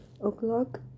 o'clock